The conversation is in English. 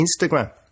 Instagram